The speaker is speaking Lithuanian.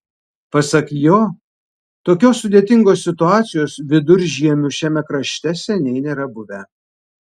pasak jo tokios sudėtingos situacijos viduržiemiu šiame krašte seniai nėra buvę